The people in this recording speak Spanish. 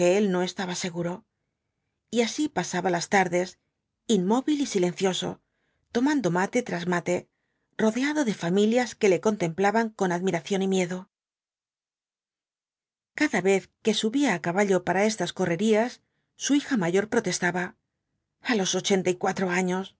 no estaba seguro y así pasaba las tardes inmóvil y silencioso tomando mate tras mate rodeado de familias que le contemplaban con admiración y miedo cada vez que subía á caballo para estas correrías su hija mayor protestaba a los ochenta y cuatro años